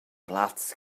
plaz